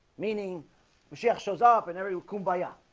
meaning chef shows up and ever you come by ah